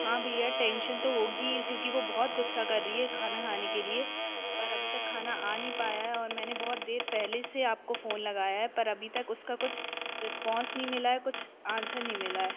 हाँ भैया टेंशन तो होगी क्योंकि वो बहुत ग़ुस्सा कर रही है खाना खाने के लिए पर अभी तक खाना आ नहीं पाया है और मैंने बहुत देर पहले से आपको फ़ोन लगाया है पर अभी तक उसका कुछ रिस्पॉन्स नहीं मिला है कुछ आंसर नहीं मिला है